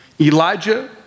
Elijah